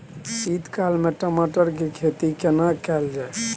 शीत काल में टमाटर के खेती केना कैल जाय?